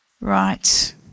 Right